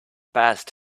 passed